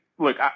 Look